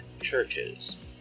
churches